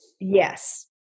Yes